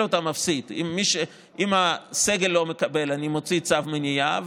אותה מפסיד: אם הסגל לא מקבל אני מוציא צו מניעה,